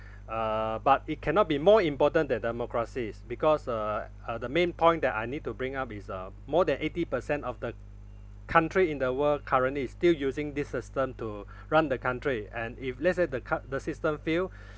uh but it cannot be more important than democracies because uh uh the main point that I need to bring up is uh more than eighty percent of the country in the world currently is still using this system to run the country and if let's say the coun~the system fail